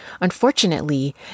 Unfortunately